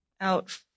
out